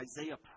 Isaiah